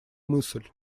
мысль